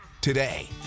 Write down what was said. today